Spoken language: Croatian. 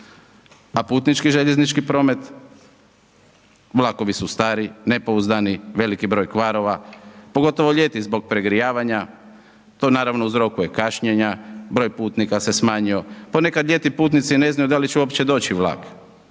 a putnički željeznički promet, vlakovi su stari, nepouzdani, veliki broj kvarova, pogotovo ljeti zbog pregrijavanja, to naravno uzrokuje kašnjenja, broj putnika se smanjio, ponekad ljeti putnici, ne znaju, da li će uopće doći vlak.